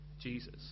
Jesus